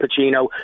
Pacino